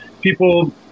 People